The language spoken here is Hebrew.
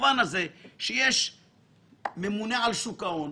ובעל השליטה צריך את המזומנים כדי לממן את הרכישה?